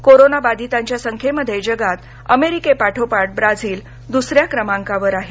कोरोनाबाधितांच्या संख्येमध्ये जगात अमेरिकेपाठोपाठ ब्राझील दुसऱ्या क्रमांकावर आहे